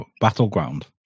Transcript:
battleground